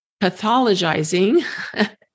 Pathologizing